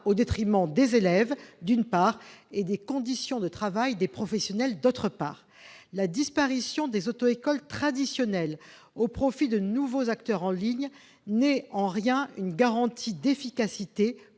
au détriment des élèves comme des conditions de travail des professionnels. La disparition des auto-écoles traditionnelles au profit de nouveaux acteurs en ligne n'est en rien une garantie d'efficacité